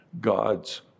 God's